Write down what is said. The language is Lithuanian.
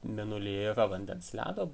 mėnulyje yra vandens ledo